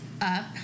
up